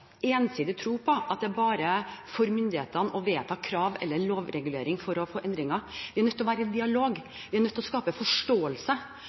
ensidig tro på at det er bare for myndighetene å vedta krav eller lovreguleringer for å få til endringer. Vi er nødt til å være i dialog, vi er nødt til å skape forståelse